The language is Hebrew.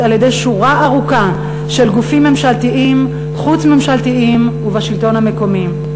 על-ידי שורה ארוכה של גופים ממשלתיים וחוץ-ממשלתיים ובשלטון המקומי.